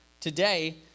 Today